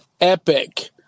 epic